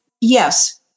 Yes